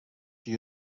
she